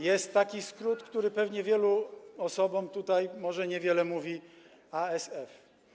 Jest taki skrót, który pewnie wielu osobom tutaj może niewiele mówi, ASF.